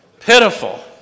pitiful